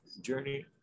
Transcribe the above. journey